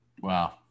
Wow